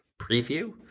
preview